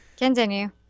Continue